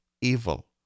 evil